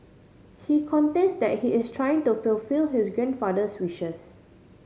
he contends that he is trying to fulfil his grandfather's wishes